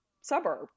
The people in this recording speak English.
suburb